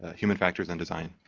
human factors and design.